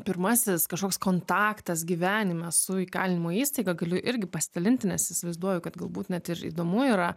pirmasis kažkoks kontaktas gyvenime su įkalinimo įstaiga galiu irgi pasidalinti nes įsivaizduoju kad galbūt net ir įdomu yra